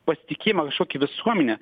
pasitikėjimą kažkokį visuomene